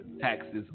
Taxes